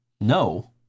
No